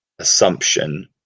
assumption